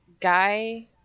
guy